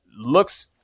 looks